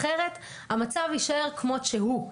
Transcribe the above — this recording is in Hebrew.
אחרת, המצב יישאר כמות שהוא.